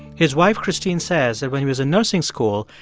his wife christine says that when he was in nursing school,